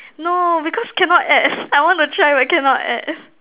no because cannot add I want to try but cannot add